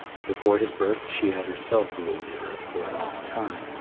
that before his birth she had herself ruled the earth for a long time,